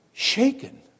Shaken